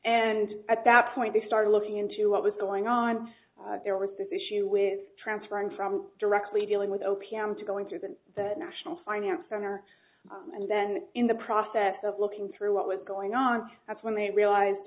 and at that point they started looking into what was going on there was this issue with transferring from directly dealing with o p m to going through the the national finance center and then in the process of looking through what was going on that's when they realized